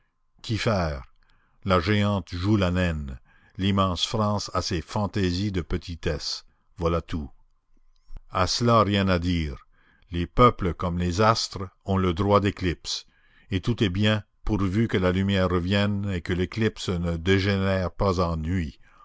faire la géante joue la naine l'immense france a ses fantaisies de petitesse voilà tout à cela rien à dire les peuples comme les astres ont le droit d'éclipse et tout est bien pourvu que la lumière revienne et que l'éclipse ne dégénère pas